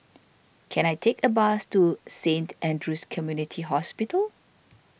can I take a bus to Saint andrew's Community Hospital